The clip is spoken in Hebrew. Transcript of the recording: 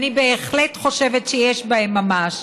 אני בהחלט חושבת שיש בהן ממש,